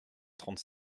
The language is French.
trente